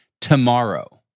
tomorrow